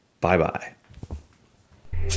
Bye-bye